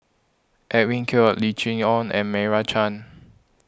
Edwin Koek Lim Chee Onn and Meira Chand